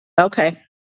Okay